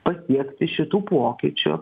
pasiekti šitų pokyčių